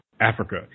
Africa